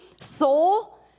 soul